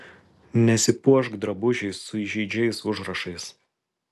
nesipuošk drabužiais su įžeidžiais užrašais